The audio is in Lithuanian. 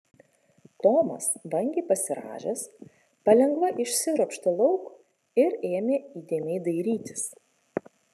tomas vangiai pasirąžęs palengva išsiropštė lauk ir ėmė įdėmiai dairytis